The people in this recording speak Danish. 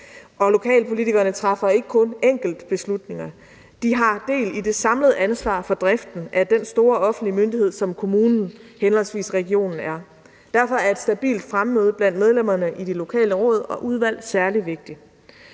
lokalpolitikerne træffer ikke kun enkeltbeslutninger; de har del i det samlede ansvar for driften af den store offentlige myndighed, som kommunen henholdsvis regionen er. Derfor er et stabilt fremmøde blandt medlemmerne i de lokale råd og udvalg særlig vigtigt.